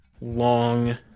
long